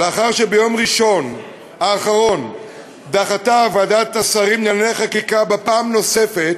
לאחר שביום ראשון האחרון דחתה ועדת השרים לענייני חקיקה פעם נוספת,